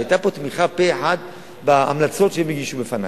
שהיתה פה תמיכה פה-אחד בהמלצות שהם הגישו בפני.